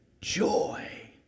joy